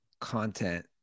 content